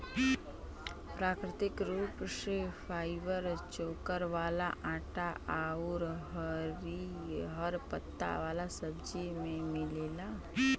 प्राकृतिक रूप से फाइबर चोकर वाला आटा आउर हरिहर पत्ता वाला सब्जी में मिलेला